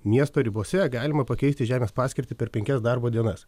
miesto ribose galima pakeisti žemės paskirtį per penkias darbo dienas